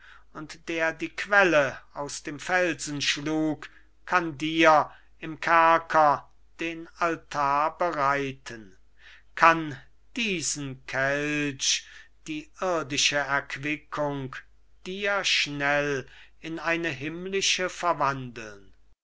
und der dir die quelle aus dem felsen schlug kann dir im kerker den altar bereiten kann diesen kelch die irdische erquickung dir schnell in eine himmlische verwandeln